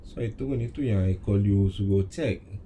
so itu itu yang I call you suruh check